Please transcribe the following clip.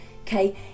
Okay